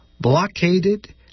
blockaded